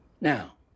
Now